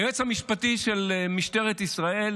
היועץ המשפטי של משטרת ישראל